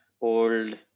old